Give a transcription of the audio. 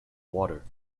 water